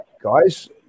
guys